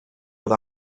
with